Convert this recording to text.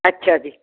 ਅੱਛਾ ਜੀ